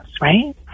right